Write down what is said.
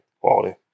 quality